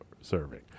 serving